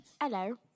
Hello